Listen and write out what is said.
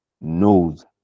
knows